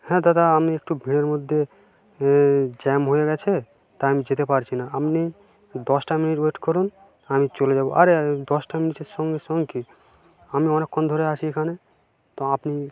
হ্যাঁ দাদা আমি একটু ভিড়ের মধ্যে জ্যাম হয়ে গেছে তাই আমি যেতে পারছি না আপনি দশটা মিনিট ওয়েট করুন আমি চলে যাবো আরে দশটা মিনিটের সঙ্গে সঙ্গে কী আমি অনেকক্ষণ ধরে আছি এখানে তো আপনি